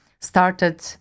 started